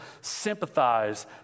sympathize